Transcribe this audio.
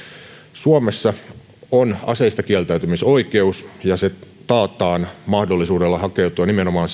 suomessa on aseistakieltäytymisoikeus se taataan mahdollisuudella hakeutua nimenomaan